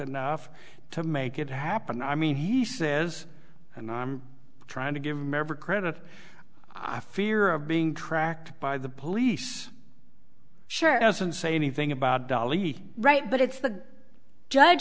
enough to make it happen i mean he says and i'm trying to give him every credit i fear of being tracked by the police sure doesn't say anything about dolly right but it's the